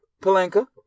Palenka